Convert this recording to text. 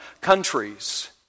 countries